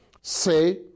Say